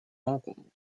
rencontres